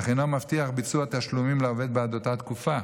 אך אינו מבטיח ביצוע תשלומים לעובד בעד אותה תקופה.